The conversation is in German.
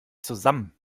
zusammen